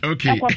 Okay